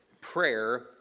prayer